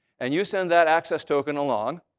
and you send that access token along.